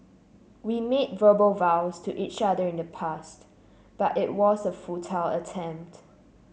we made verbal vows to each other in the past but it was a futile attempt